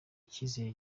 ikizere